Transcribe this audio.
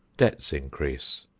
debts increase,